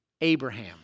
Abraham